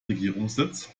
regierungssitz